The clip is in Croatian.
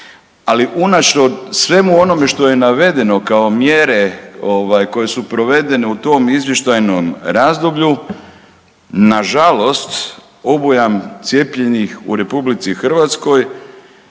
svemu onome što je navedeno kao mjere koje su provedene u tom izvještajnom razdoblju na žalost obujam cijepljenih u Republici Hrvatskoj